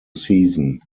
season